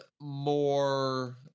more